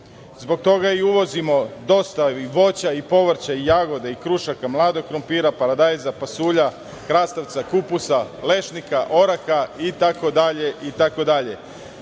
Zbog toga i uvozimo dosta i voća i povrća i jagoda i krušaka, mladog krompira, paradajza, pasulja, krastavca, kupusa, lešnika, oraha